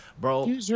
Bro